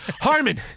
Harmon